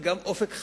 כי גם "אופק חדש"